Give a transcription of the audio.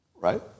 Right